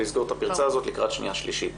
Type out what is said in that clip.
לסגור את הפרצה הזו לקראת שנייה ושלישית.